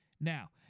Now